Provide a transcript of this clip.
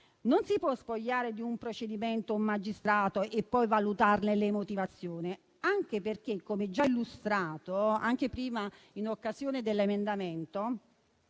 Non si può spogliare di un procedimento il magistrato e poi valutarne le motivazioni, anche perché - come già evidenziato prima a proposito dell'emendamento